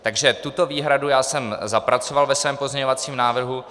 Takže tuto výhradu jsem zapracoval ve svém pozměňovacím návrhu.